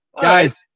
Guys